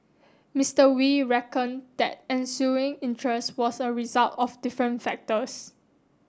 Mister Wee reckoned that ensuing interest was a result of different factors